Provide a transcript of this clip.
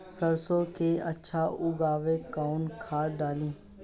सरसो के अच्छा उगावेला कवन खाद्य डाली?